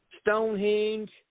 stonehenge